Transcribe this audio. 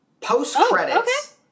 Post-credits